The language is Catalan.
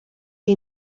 que